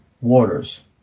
Waters